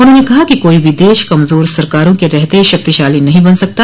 उन्होंने कहा कि कोई भी देश कमजोर सरकारों के रहते शक्तिशाली नहीं बन सकता